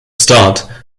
start